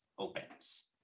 opens